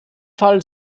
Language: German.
fall